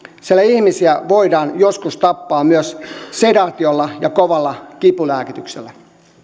sillä ihmisiä voidaan joskus tappaa myös sedaatiolla ja kovalla kipulääkityksellä